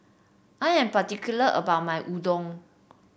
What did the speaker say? I am particular about my Udon